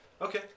Okay